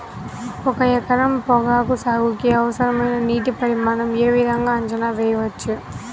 ఒక ఎకరం పొగాకు సాగుకి అవసరమైన నీటి పరిమాణం యే విధంగా అంచనా వేయవచ్చు?